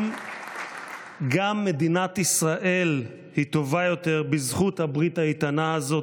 גם מדינת ישראל היא טובה יותר בזכות הברית האיתנה הזאת,